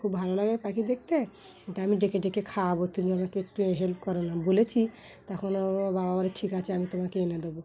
খুব ভালো লাগে পাখি দেখতে কিন্তু আমি ডেকে ডেকে খাওয়াবো তুমি আমাকে একটু হেল্প কর না বলেছি তখন বাবা বলে ঠিক আছে আমি তোমাকে এনে দেবো